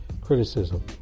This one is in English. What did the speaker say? criticism